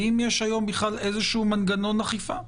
האם יש היום איזה מנגנון אכיפה?